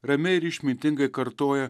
ramiai ir išmintingai kartoja